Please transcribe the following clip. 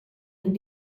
and